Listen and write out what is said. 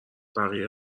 بقیه